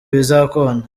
bizakunda